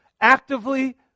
Actively